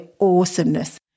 awesomeness